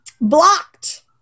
blocked